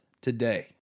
today